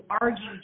argue